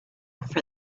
for